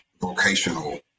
vocational